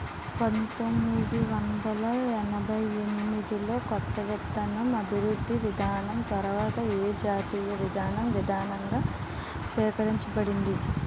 పంతోమ్మిది వందల ఎనభై ఎనిమిది లో కొత్త విత్తన అభివృద్ధి విధానం తర్వాత ఏ జాతీయ విత్తన విధానం స్వీకరించబడింది?